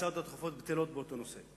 ההצעות הדחופות בטלות באותו נושא.